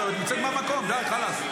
את נמצאת במקום, די, חלאס.